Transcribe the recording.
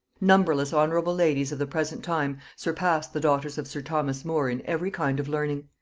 numberless honorable ladies of the present time surpass the daughters of sir thomas more in every kind of learning.